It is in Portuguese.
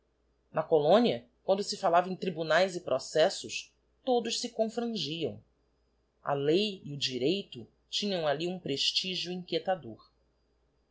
na colónia quando se falava em tribunaes e processos todos se confrangiam a li e o direito tinham alli um prestigio inquietador